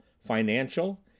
financial